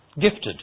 Gifted